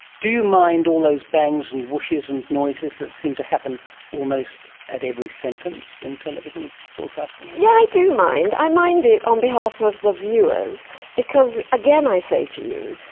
do you mind all those bangs and whooshes and noises that seem to happen almost at every sentence in television broadcasting? yes, yeah i do mind. i mind it on behalf of the viewers because, again i say to you,